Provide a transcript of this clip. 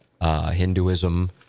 Hinduism